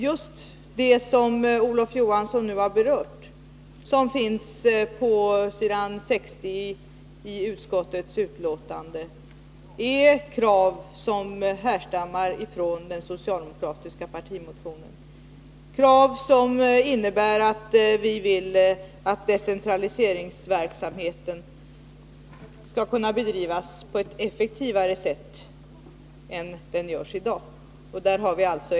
Just det som Olof Johansson nu har berört och som finns att läsa på s. 60 i utskottsbetänkandet är krav som härstammar från den socialdemokratiska partimotionen. De kraven innebär att vi vill att decentraliseringsverksamheten skall kunna bedrivas på ett effektivare sätt än som i dag är fallet.